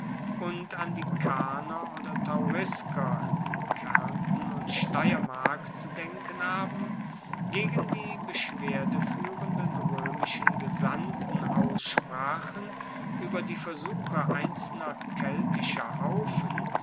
und an die karner oder taurisker in kaernten und steiermark zu denken haben gegen die beschwerdefuehrenden roemischen gesandten aussprachen ueber die versuche einzelner keltischer haufen